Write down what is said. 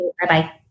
Bye-bye